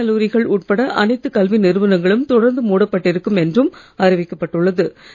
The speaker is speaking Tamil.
பள்ளி கல்லூரிகள் உட்பட அனைத்து கல்வி நிறுவனங்களும் தொடர்ந்து மூடப் பட்டிருக்கும் என்றும் அறிவிக்கப் பட்டுள்ளது